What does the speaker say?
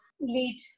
lead